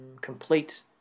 complete